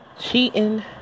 cheating